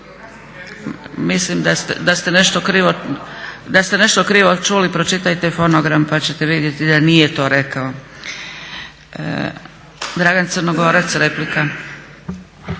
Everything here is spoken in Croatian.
Mislim da ste nešto krivo čuli. Pročitajte fonogram pa ćete vidjeti da nije to rekao. Dragan Crnogorac, replika.